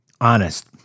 honest